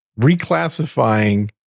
reclassifying